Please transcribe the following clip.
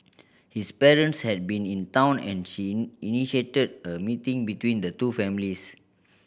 his parents had been in town and she initiated a meeting between the two families